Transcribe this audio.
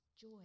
joy